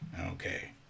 Okay